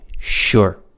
sure